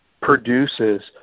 produces